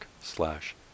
slash